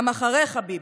גם אחריך, ביבי,